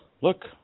look